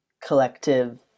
collective